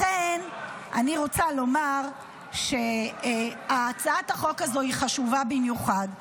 לכן אני רוצה לומר שהצעת החוק הזו היא חשובה במיוחד,